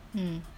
mm